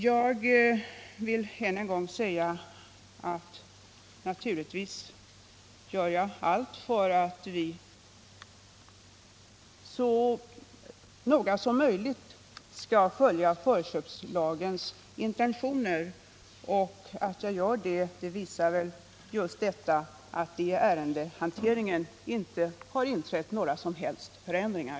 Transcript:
Jag vill än en gång säga att jag naturligtvis gör allt för att vi så noga som möjligt skall följa förköpslagens intentioner. Att så är fallet visar väl just detta att det i ärendehanteringen inte har gjorts några som helst förändringar.